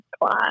class